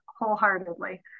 wholeheartedly